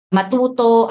Matuto